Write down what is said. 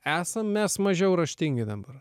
esą mes mažiau raštingi dabar